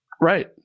Right